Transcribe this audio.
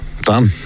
Done